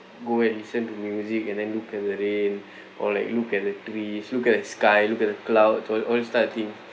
go and listen to music and then look at the rain or like look at the trees look at the sky look at the clouds all all these type of things